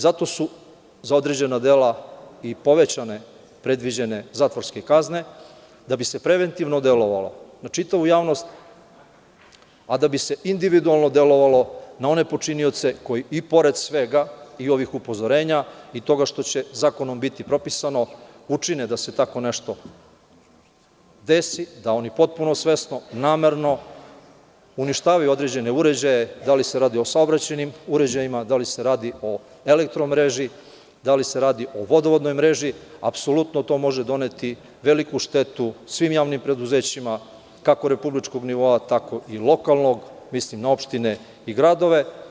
Zato su za određena dela i povećane predviđene zatvorske kazne da bi se preventivno delovalo na čitavu javnost, a da bi se individualno delovalo na one počinioce koji i pored svega, i ovih upozorenja i toga što će zakonom biti propisano, učine da se tako nešto desi i da oni potpuno svesno, namerno uništavaju određene uređaje, da li se tu radi o saobraćajnim uređajima, da li se radi o elektro mreži, da li se radio o vodovodnoj mreži, apsolutno to može doneti veliku štetu svim javnim preduzećima kako republičkog nivoa tako i lokalnog, mislim da opštine i gradove.